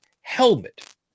helmet